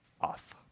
off